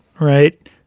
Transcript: right